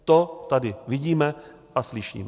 To tady vidíme a slyšíme.